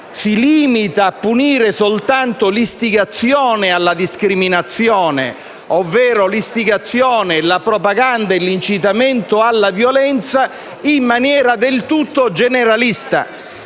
si limita a punire soltanto l'istigazione alla discriminazione, ovvero l'istigazione, la propaganda e l'incitamento alla violenza in maniera del tutto generalista.